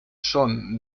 son